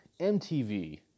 MTV